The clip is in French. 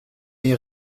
est